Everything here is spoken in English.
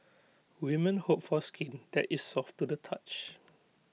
women hope for skin that is soft to the touch